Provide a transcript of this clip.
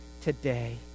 today